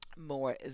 more